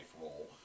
role